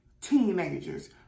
teenagers